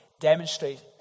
demonstrate